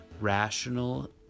rational